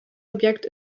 objekt